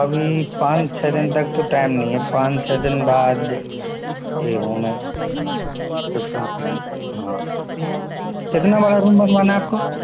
अभी पाँच छः दिन तक तो टाइम नहीं है पाँच छः दिन बाद फ्री हूँ मैं खुसबू के लिए हाँ कितना बड़ा रूम बनवाना है आपको